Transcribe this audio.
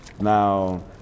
Now